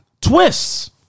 twists